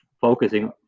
focusing